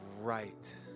right